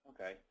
Okay